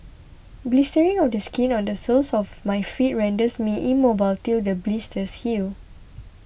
blistering of the skin on the soles of my feet renders me immobile till the blisters heal